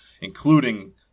including